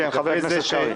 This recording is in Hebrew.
כן, חבר הכנסת קרעי.